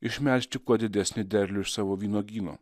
išmelžti kuo didesnį derlių iš savo vynuogyno